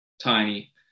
tiny